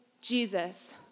Jesus